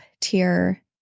tier